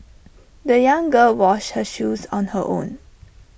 the young girl washed her shoes on her own